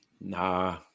Nah